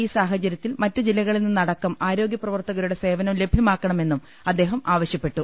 ഈ സാഹചരൃത്തിൽ മറ്റ് ജില്ലകളിൽനിന്നടക്കം ആരോഗ്യപ്രവർത്തകരുടെ സേവനം ലഭ്യമാക്കണമെന്നും അദ്ദേഹം ആവ ശ്യപ്പെട്ടു